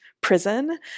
prison